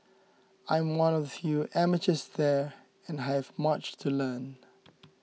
I am one of the few amateurs there and I have much to learn